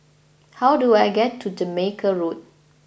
how do I get to Jamaica Road